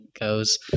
goes